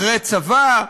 אחרי צבא,